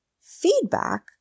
Feedback